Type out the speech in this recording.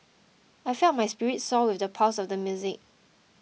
I felt my spirits soar with the pulse of the music